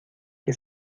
que